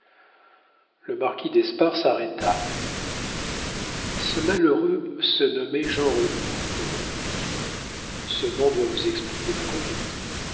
le marquis d'espard s'arrêta ce malheureux se nommait jeanrenaud reprit-il ce nom doit vous expliquer ma conduite